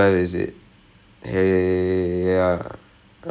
ya definitely we started rehearsals at least